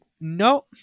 no